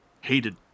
hated